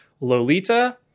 Lolita